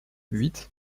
huit